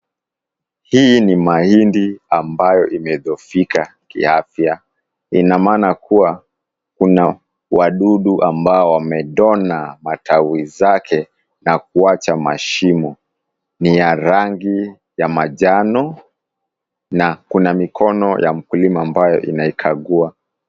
Hii ni mahindi ambayo imedhoofika kiafya, inamaana kuwa kuna wadudu ambao wamedona matawi zake na kuwacha mashimo ni ya rangi ya manjano na kuna mikono wa mkulima ambaye anaikagua.